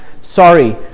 Sorry